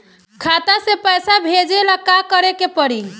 खाता से पैसा भेजे ला का करे के पड़ी?